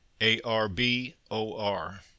A-R-B-O-R